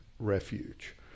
Refuge